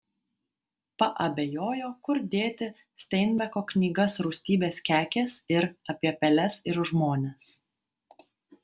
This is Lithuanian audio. paabejojo kur dėti steinbeko knygas rūstybės kekės ir apie peles ir žmones